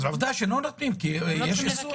אז עובדה שלא נותנים כי יש איסור.